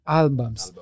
albums